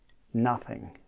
nothing,